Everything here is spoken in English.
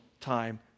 time